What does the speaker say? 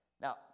Now